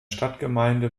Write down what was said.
stadtgemeinde